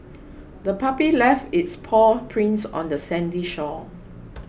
the puppy left its paw prints on the sandy shore